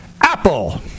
Apple